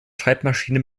schreibmaschine